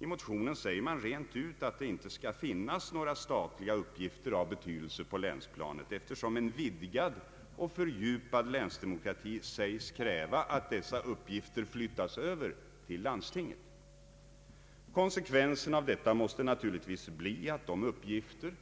I motionen sägs rent ut att det inte skall finnas några statliga uppgifter av betydelse på länsplanet, eftersom en vidgad och fördjupad länsdemokrati anses kräva att dessa uppgifter flyttas över till landstingen. Konsekvensen av detta blir naturligtvis att de uppgifter